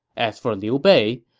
as for liu bei,